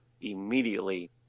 immediately